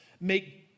make